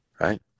right